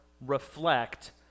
reflect